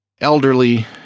elderly